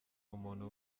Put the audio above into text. umuntu